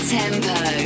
tempo